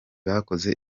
bakoze